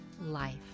life